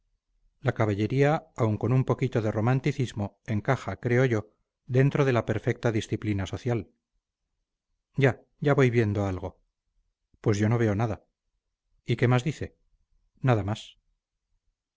la caballería aun con un poquito de romanticismo encaja creo yo dentro de la perfecta disciplina social ya ya voy viendo algo pues yo no veo nada y qué más dice nada más